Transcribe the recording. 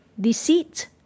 deceit